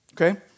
Okay